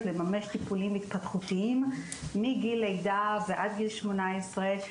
לממש טיפולים התפתחותיים מגיל לידה ועד גיל 18,